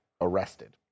Arrested